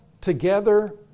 together